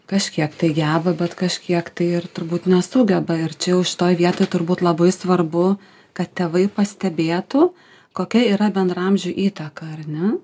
kažkiek tai geba bet kažkiek tai ir turbūt nesugeba ir čia jau šitoj vietoj turbūt labai svarbu kad tėvai pastebėtų kokia yra bendraamžių įtaka ar ne